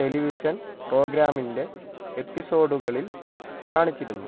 television പ്രോഗ്രാമിൻ്റെ എപ്പിസോഡുകളിൽ കാണിച്ചിരുന്നു